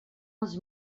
els